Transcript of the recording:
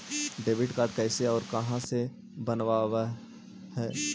Debit card कैसे और कहां से बनाबे है?